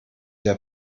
der